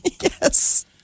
Yes